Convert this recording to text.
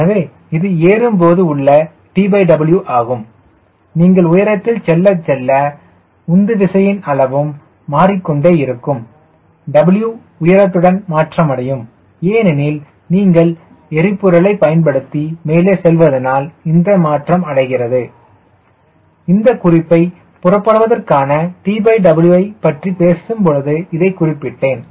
எனவே இது ஏறும் போது உள்ள TW ஆகும் நீங்கள் உயரத்தில் செல்லச் செல்ல உந்து விசையின் அளவும் மாறிக்கொண்டே இருக்கும் W உயரத்துடன் மாற்றமடையும் ஏனெனில் நீங்கள் எரிபொருளை பயன்படுத்தி மேலே செல்வதனால் இந்த மாற்றம் அடைகிறது இந்த குறிப்பை புறப்படுவதற்கான TW பற்றி பேசும்பொழுது இதைக் குறிப்பிட்டேன்